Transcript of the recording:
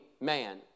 man